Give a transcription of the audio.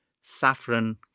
saffron